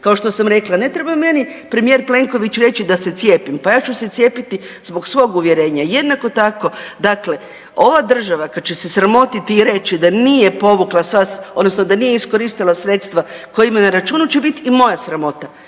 Kao što sam rekla, ne treba meni premijer Plenković reći da se cijepim, pa ja ću se cijepiti zbog svog uvjerenja, jednako tako, dakle, ova država kad se sramotiti i reći da nije povukla sva, odnosno da nije iskoristila sredstva koje ima na računu će biti i moja sramota.